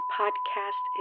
podcast